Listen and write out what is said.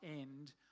end